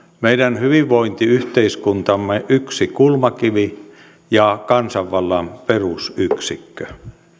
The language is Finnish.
meidän hyvinvointiyhteiskuntamme yksi kulmakivi ja kansanvallan perusyksikkö